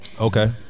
Okay